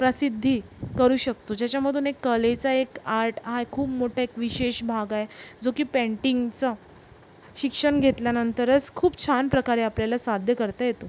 प्रसिद्धी करू शकतो ज्याच्यामधून एक कलेचा एक आर्ट हा खूप मोठा एक विशेष भाग आहे जो की पेंटिंगचं शिक्षण घेतल्यानंतरच खूप छान प्रकारे आपल्याला साध्य करता येतो